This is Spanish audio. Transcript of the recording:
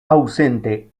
ausente